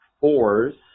fours